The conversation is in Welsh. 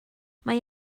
mae